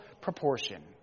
Proportion